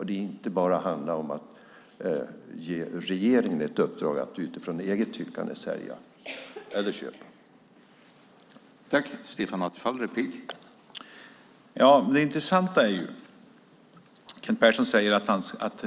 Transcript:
Det ska inte enbart handla om att ge regeringen i uppdrag att utifrån eget tyckande sälja eller köpa.